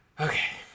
Okay